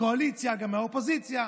קואליציה, גם מהאופוזיציה,